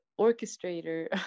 orchestrator